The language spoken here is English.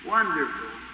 Wonderful